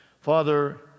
Father